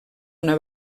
una